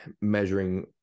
measuring